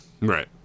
right